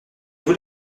vous